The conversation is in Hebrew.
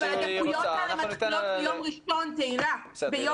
זה מה